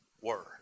Word